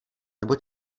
nebo